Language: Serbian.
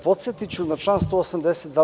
Podsetiću na član 182.